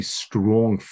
strong